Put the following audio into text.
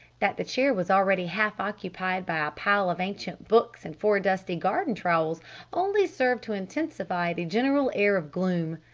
that the chair was already half occupied by a pile of ancient books and four dusty garden trowels only served to intensify the general air of gloom.